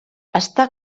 està